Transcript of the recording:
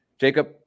Jacob